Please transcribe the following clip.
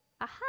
aha